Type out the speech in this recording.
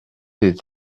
des